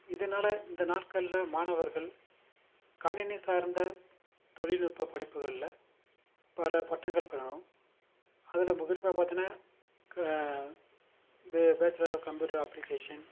இதனால் இந்த நாட்கள்ல மாணவர்கள் கணினி சார்ந்த தொழில்நுட்ப படிப்புகள்ல பல பட்டங்கள் பெறணும் அதில் இப்போ குறிப்பாக பார்த்தோன்னா கா பே பேச்சுலர் ஆஃப் கம்ப்யூட்டர் அப்ளிகேஷன்